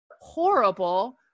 horrible